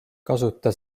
kasuta